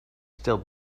still